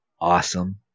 awesome